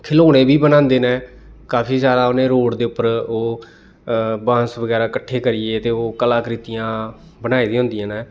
खलौने बी बनांदे न काफी जैदा उ'नें रोड दे उप्पर ओह् बांस बगैरा कट्ठे करियै ते ओह् कलाकृतियां बनाई दी होंदियां न